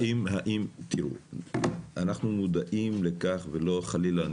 אנחנו מודעים לכך וחלילה,